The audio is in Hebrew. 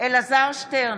אלעזר שטרן,